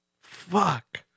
Fuck